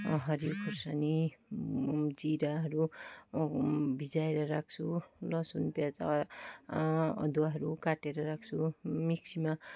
हरियो खोर्सानी जिराहरू भिजाएर राख्छु लसुन प्याज अ अदुवाहरू काटेर राख्छु मिक्सीमा